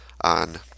on